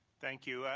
thank you.